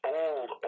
old